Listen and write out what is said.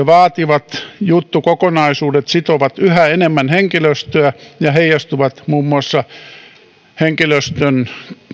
vaativat juttukokonaisuudet sitovat yhä enemmän henkilöstöä ja heijastuvat muun muassa henkilöstön